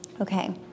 Okay